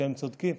הם צודקים,